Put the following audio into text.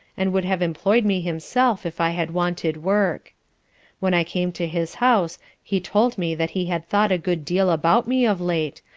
and would have employed me himself, if i had wanted work when i came to his house he told me that he had thought a good deal about me of late,